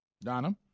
Donna